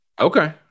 Okay